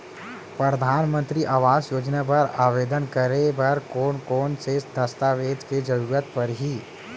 परधानमंतरी आवास योजना बर आवेदन करे बर कोन कोन से दस्तावेज के जरूरत परही?